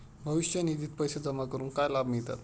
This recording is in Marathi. भविष्य निधित पैसे जमा करून काय लाभ मिळतात?